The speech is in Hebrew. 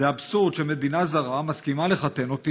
זה אבסורד שמדינה זרה מסכימה לחתן אותי